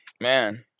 man